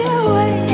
away